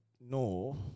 No